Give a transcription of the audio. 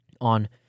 on